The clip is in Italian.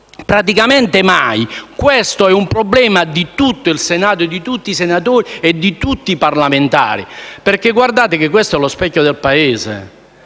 parlamentari, questo è un problema di tutto il Senato, di tutti i senatori e di tutti i parlamentari. Guardate che questo è lo specchio del Paese.